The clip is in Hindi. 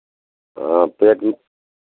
हाँ पेट में